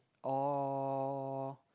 or